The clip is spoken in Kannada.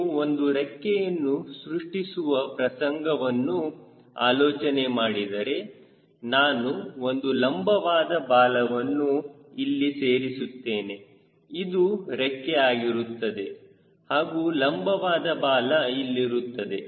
ನೀವು ಒಂದು ರೆಕ್ಕೆಯನ್ನು ಸೃಷ್ಟಿಸುವ ಪ್ರಸಂಗವನ್ನು ಆಲೋಚನೆ ಮಾಡಿದರೆ ನಾನು ಒಂದು ಲಂಬವಾದ ಬಾಲವನ್ನು ಇಲ್ಲಿ ಸೇರಿಸುತ್ತೇನೆ ಇದು ರೆಕ್ಕೆ ಆಗಿರುತ್ತದೆ ಹಾಗೂ ಲಂಬವಾದ ಬಾಲ ಇಲ್ಲಿರುತ್ತದೆ